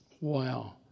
wow